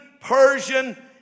Persian